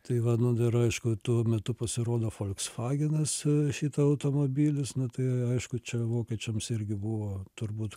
tai va nu dar aišku tuo metu pasirodo folksvagenas šita automobilis na tai aišku čia vokiečiams irgi buvo turbūt